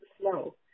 slow